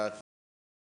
בסוף